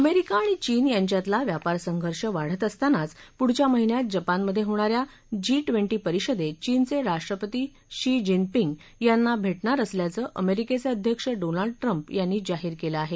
America आणि चीन यांच्यातला व्यापार संघर्ष वाढत असतानाच पुढच्या महिन्यात जपानमधे होणा या जी ट्वेंटी परिषदेत चीनचे राष्ट्रपती शी जिनपिंग यांना भेटणार असल्याचं अमेरिकेचं अध्यक्ष डोनाल्ड ट्रंप यांनी जाहीर केलं आहे